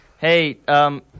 hey